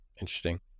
Interesting